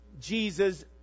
Jesus